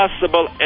possible